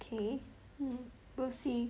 okay we'll see